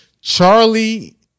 Charlie